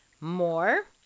more